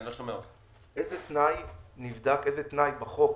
איזה תנאי בחוק